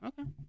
Okay